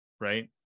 right